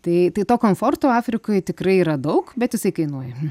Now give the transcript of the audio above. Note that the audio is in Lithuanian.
tai tai to komforto afrikoj tikrai yra daug bet jisai kainuoja